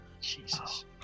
Jesus